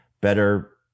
better